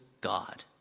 God